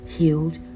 healed